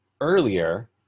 earlier